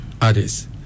others